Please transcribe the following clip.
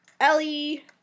Ellie